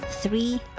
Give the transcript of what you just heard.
three